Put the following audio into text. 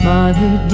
Mother